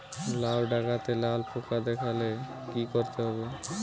লাউ ডাটাতে লাল পোকা দেখালে কি করতে হবে?